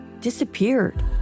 disappeared